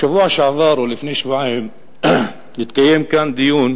בשבוע שעבר או לפני שבועיים התקיים כאן דיון,